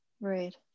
Right